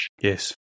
Yes